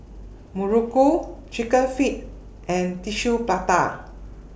Muruku Chicken Feet and Tissue Prata